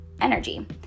energy